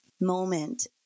moment